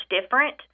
different